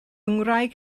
ngwraig